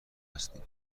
هستیم